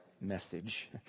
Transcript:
message